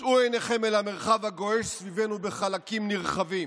שאו עיניכם אל המרחב הגועש סביבנו בחלקים נרחבים.